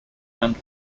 and